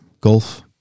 golf